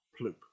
Ploop